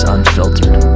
Unfiltered